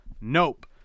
Nope